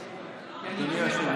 אגב.